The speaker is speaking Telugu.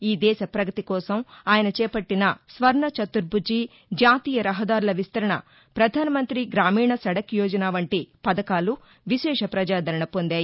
ఈదేశ ప్రగతి కోసం ఆయన చేపట్టిన స్వర్ణ చతుర్భుజి జాతీయ రహదారుల విస్తరణ ప్రధాన మంత్రి గ్రామీణ సడక్ యోజన వంటి పథకాలు విశేష ప్రజాదరణ పొందాయి